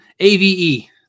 AVE